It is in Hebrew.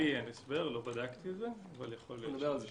לי אין הסבר, לא בדקתי את זה, אבל יכול להיות שיש.